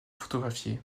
photographié